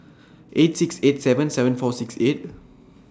eight six eight seven seven four six eight